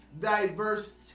diverse